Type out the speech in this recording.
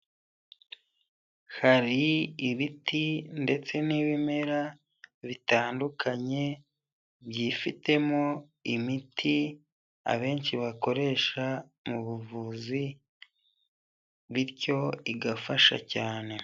Hari ibiti ndetse n'ibimera bitandukanye byifitemo imiti abenshi bakoresha mu buvuzi bityo igafasha cyane.